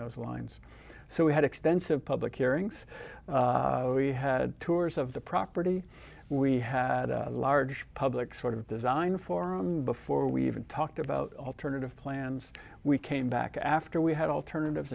those lines so we had extensive public hearings we had tours of the property we had a large public sort of design forum before we even talked about alternative plans we came back after we had alternatives